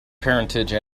parentage